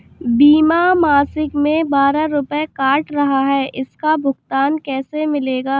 बीमा मासिक में बारह रुपय काट रहा है इसका भुगतान कैसे मिलेगा?